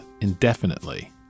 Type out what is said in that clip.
indefinitely